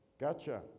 Gotcha